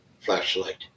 flashlight